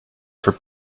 for